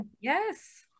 Yes